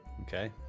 okay